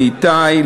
לאיתי,